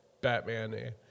Batman